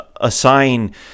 assign